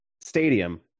Stadium